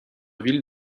ville